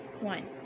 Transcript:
one